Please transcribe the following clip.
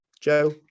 Joe